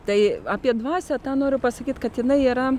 tai apie dvasią tą noriu pasakyt kad jinai yra